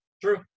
True